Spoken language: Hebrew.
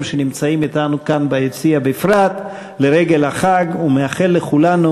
שנמצאים אתנו כאן ביציע בפרט לרגל החג ומאחל לכולנו: